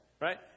right